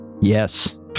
Yes